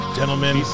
gentlemen